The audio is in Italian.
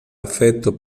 affetto